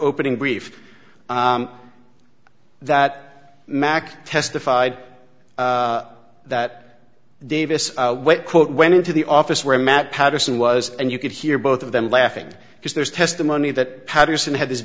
opening brief that mack testified that davis went quote went into the office where matt patterson was and you could hear both of them laughing because there's testimony that patterson had this